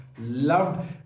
Loved